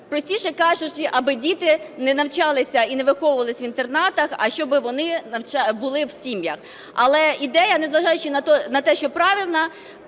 Простіше кажучи, аби діти не навчалися і не виховувались в інтернатах, а щоб вони були в сім'ях. Але ідея, незважаючи на те, що правильна,